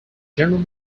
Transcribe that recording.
general